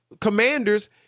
Commanders